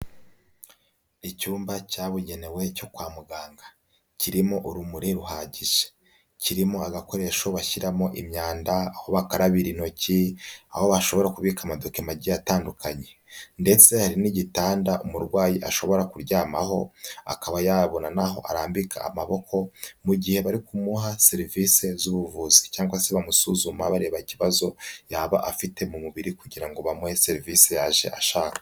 Icyumba cyabugenewe cyo kwa muganga, kirimo urumuri ruhagije, kirimo agakoresho bashyiramo imyanda, aho bakarabira intoki, aho bashobora kubika amadokima agiye atandukanye ndetse hari n'igitanda umurwayi ashobora kuryamaho, akaba yabona naho arambika amaboko mu gihe bari kumuha serivise z'ubuvuzi cyangwa se bamusuzuma bareba ikibazo yaba afite mu mubiri kugira ngo bamuhe serivise yaje ashaka.